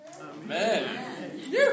Amen